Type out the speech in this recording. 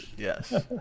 Yes